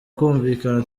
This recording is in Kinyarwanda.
kumvikana